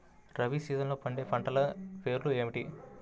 రబీ సీజన్లో పండే పంటల పేర్లు ఏమిటి?